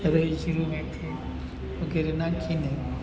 રાઈ જીરું મેથી વગેરે નાખીને